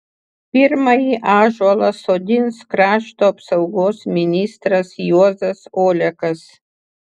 pirmąjį ąžuolą sodins krašto apsaugos ministras juozas olekas